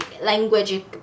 language